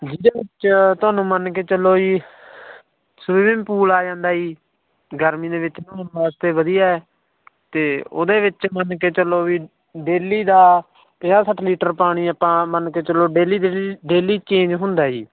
ਜਿਹਦੇ ਵਿੱਚ ਤੁਹਾਨੂੰ ਮੰਨ ਕੇ ਚੱਲੋ ਜੀ ਸਵੀਮਿੰਗ ਪੂਲ ਆ ਜਾਂਦਾ ਜੀ ਗਰਮੀ ਦੇ ਵਿੱਚ ਨਹਾਉਣ ਵਾਸਤੇ ਵਧੀਆ ਅਤੇ ਉਹਦੇ ਵਿੱਚ ਮੰਨ ਕੇ ਚੱਲੋ ਵੀ ਡੇਲੀ ਦਾ ਪੰਜਾਹ ਸੱਠ ਲੀਟਰ ਪਾਣੀ ਆਪਾਂ ਮੰਨ ਕੇ ਚੱਲੋ ਡੇਲੀ ਡੇਲ ਡੇਲੀ ਚੇਂਜ ਹੁੰਦਾ ਜੀ